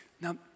Now